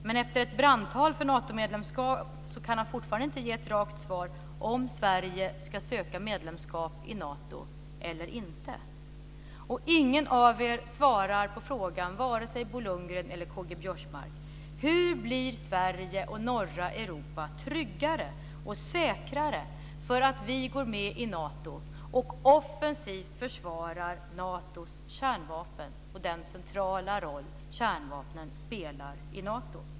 Men efter ett brandtal för Natomedlemskap kan han fortfarande inte ge ett rakt svar om Sverige ska söka medlemskap i Nato eller inte. Vare sig Bo Lundgren eller K-G Biörsmark svarar på frågan: Hur blir Sverige och norra Europa tryggare och säkrare för att vi går med i Nato och offensivt försvarar Natos kärnvapen och den centrala roll kärnvapnen spelar i Nato?